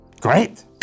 Great